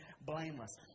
blameless